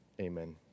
Amen